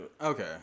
Okay